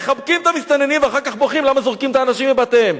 מחבקים את המסתננים ואחר כך בוכים למה זורקים את האנשים מבתיהם.